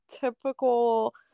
typical